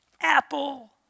Apple